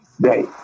day